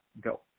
go